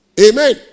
Amen